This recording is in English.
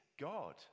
God